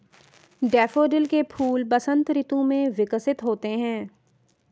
daffodil के फूल वसंत ऋतु में विकसित होते हैं